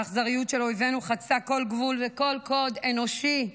האכזריות של אויבינו חצתה כל גבול וכל קוד אנושי.